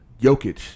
Jokic